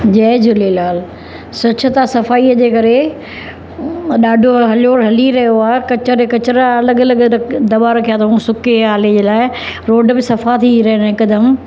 जय झूलेलाल स्वछता सफ़ाईअ जे करे ॾाढो हलयो हली रहियो आहे कचरे कचरा आ अलॻि अलॻि ॾक दबा रखया अथऊं सुके आले जे लाइ रोड बि सफ़ा थी रहिया आहिनि हिकदमि